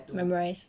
memorise